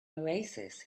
oasis